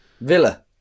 Villa